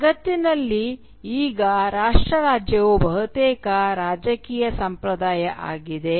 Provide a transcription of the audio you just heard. ಜಗತ್ತಿನಲ್ಲಿ ಈಗ ರಾಷ್ಟ್ರ ರಾಜ್ಯವು ಬಹುತೇಕ ರಾಜಕೀಯ ಸಂಪ್ರದಾಯ ಆಗಿದೆ